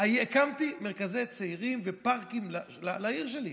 הקמתי מרכזי צעירים ופארקים לעיר שלי.